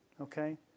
okay